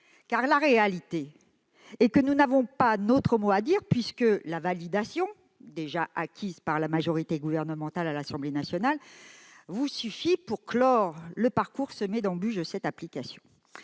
? La réalité est que nous n'avons pas notre mot à dire, puisque la validation, déjà acquise par la majorité gouvernementale à l'Assemblée nationale, vous suffit pour clore le parcours semé d'embûches de cette application.